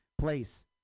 place